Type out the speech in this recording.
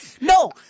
No